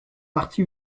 parti